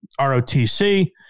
ROTC